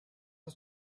was